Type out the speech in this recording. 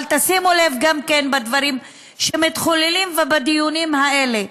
אבל תשימו לב גם לדברים שמתחוללים בדיונים האלה: